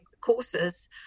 courses